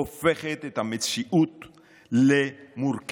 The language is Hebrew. היא הופכת את המציאות למורכבת.